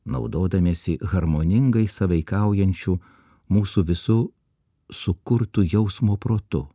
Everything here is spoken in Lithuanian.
naudodamiesi harmoningai sąveikaujančių mūsų visų sukurtu jausmo protu